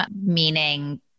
meaning